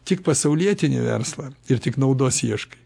tik pasaulietinį verslą ir tik naudos ieškai